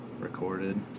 recorded